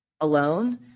alone